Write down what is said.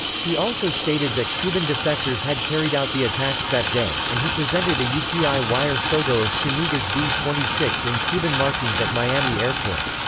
he also stated that cuban defectors had carried out the attacks that day, and he presented a yeah upi wire photo of zuniga's b twenty six in cuban markings at miami airport.